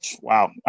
Wow